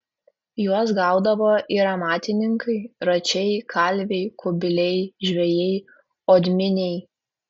juos gaudavo ir amatininkai račiai kalviai kubiliai žvejai odminiai